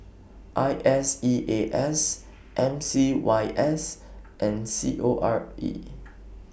I S E A S M C Y S and C O R E